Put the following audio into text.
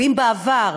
ואם בעבר